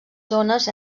zones